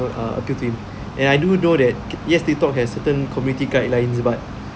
will appeal to him and I do know that yes tik tok has certain community guidelines but